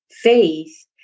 Faith